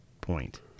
point